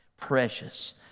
precious